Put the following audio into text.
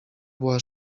była